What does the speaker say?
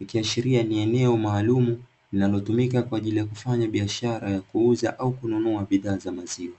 ikiashiria ni eneo maalumu linalotumika kwa ajili ya kufanya biashara ya kuuza, au kununua bidhaa za maziwa.